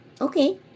Okay